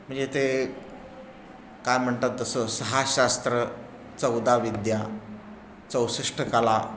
म्हणजे ते काय म्हणतात तसं सहा शास्त्र चौदा विद्या चौसष्ट कला